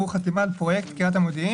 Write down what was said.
עבור חתימה על פרויקט קריית המודיעין